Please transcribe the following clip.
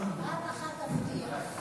פעם אחת תפתיע.